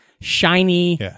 shiny